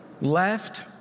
left